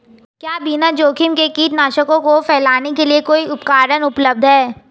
क्या बिना जोखिम के कीटनाशकों को फैलाने के लिए कोई उपकरण उपलब्ध है?